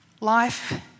Life